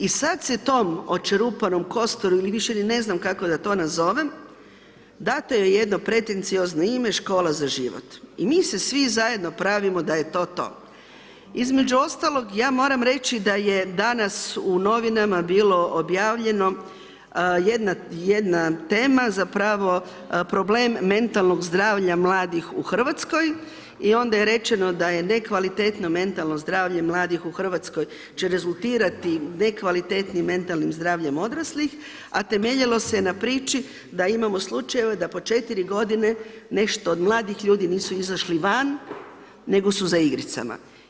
I sad se tom očerupanom kosturu ili više ni ne znam kako da to nazovem, date joj jedno pretenciozno ime škola za život i mi se svi zajedno pravimo da je to to, između ostalog ja moram reći da je danas u novinama bilo objavljeno jedna tema, zapravo problem mentalnog zdravlja mladih u Hrvatskoj i onda je rečeno da je nekvalitetno mentalno zdravlje mladih u Hrvatskoj će rezultirati nekvalitetnim mentalnim zdravljem odraslih, a temeljilo se na priči da imamo slučajeve da po 4 godine nešto od mladih ljudi nisu izašli van, nego su za igricama.